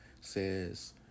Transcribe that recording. says